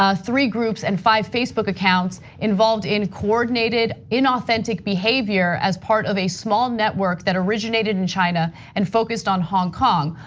ah three groups and five facebook accounts involved in coordinated inauthentic behavior as part of a small network that originated in china and focused on hong kong.